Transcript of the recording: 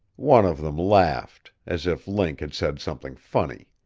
one of them laughed as if link had said something funny.